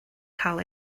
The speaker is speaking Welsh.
cael